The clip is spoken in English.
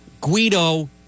guido